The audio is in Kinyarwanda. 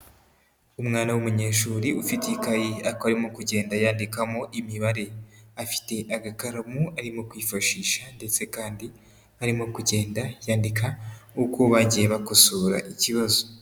Umwana w'umuyeshuri ufite ikayi, aka arimo kugenda yandikamo imibare, afite agakaramu arimo kwifashisha, ndetse kandi arimo kugenda yandika uko bagiye bakosora ikibazo.